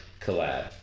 collab